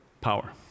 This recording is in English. power